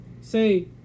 say